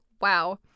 wow